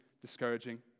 discouraging